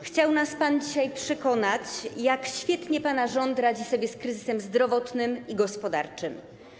Chciał nas pan dzisiaj przekonać, jak świetnie pana rząd radzi sobie z kryzysem zdrowotnym i gospodarczym.